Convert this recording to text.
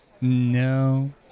No